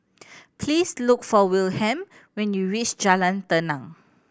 please look for Wilhelm when you reach Jalan Tenang